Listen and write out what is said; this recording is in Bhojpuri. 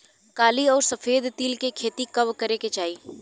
काली अउर सफेद तिल के खेती कब करे के चाही?